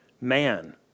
man